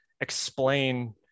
explain